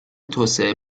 توسعه